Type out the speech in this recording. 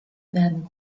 werden